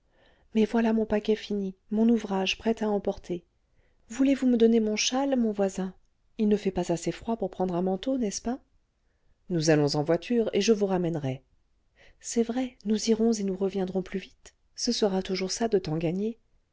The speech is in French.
mais voilà mon paquet fini mon ouvrage prêt à emporter voulez-vous me donner mon châle mon voisin il ne fait pas assez froid pour prendre un manteau n'est-ce pas nous allons en voiture et je vous ramènerai c'est vrai nous irons et nous reviendrons plus vite ce sera toujours ça de temps gagné